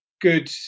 good